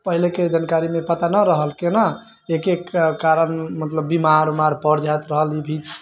पहिलेके जानकारी पता नहि रहल कि ने एकरे कारण मतलब बीमार उमार पड़ि जात रहल ई भी